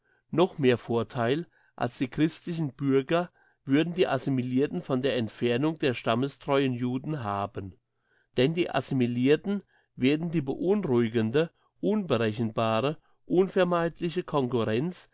noch mehr vortheil als die christlichen bürger würden die assimilirten von der entfernung der stammestreuen juden haben denn die assimilirten werden die beunruhigende unberechenbare unvermeidliche